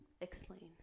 Explain